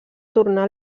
tornar